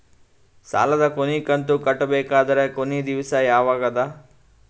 ಸಾಲದ ಕೊನಿ ಕಂತು ಕಟ್ಟಬೇಕಾದರ ಕೊನಿ ದಿವಸ ಯಾವಗದ?